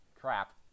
Crap